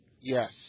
Yes